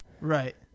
right